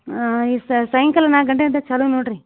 ಹಾಂ ಈ ಸಾಯಂಕಾಲ ನಾಲ್ಕು ಗಂಟೆ ಇಂದ ಚಾಲು ನೋಡಿರಿ